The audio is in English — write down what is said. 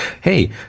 hey